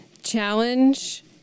Challenge